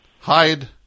hide